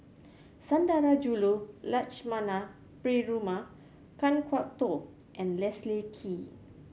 Sundarajulu Lakshmana Perumal Kan Kwok Toh and Leslie Kee